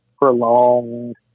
prolonged